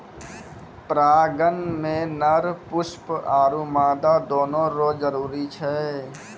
परागण मे नर पुष्प आरु मादा दोनो रो जरुरी छै